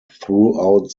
throughout